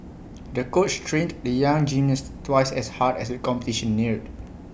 the coach trained the young gymnast twice as hard as the competition neared